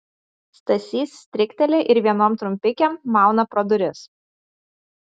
stasys strikteli ir vienom trumpikėm mauna pro duris